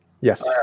Yes